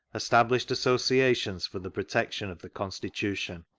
established associations for the protection of the constitution.